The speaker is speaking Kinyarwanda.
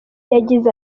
yagize